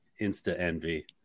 Insta-envy